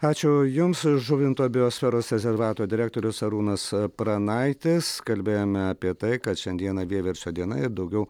ačiū jums žuvinto biosferos rezervato direktorius arūnas pranaitis kalbėjome apie tai kad šiandieną vieversio diena ir daugiau